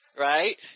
right